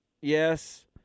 yes